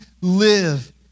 live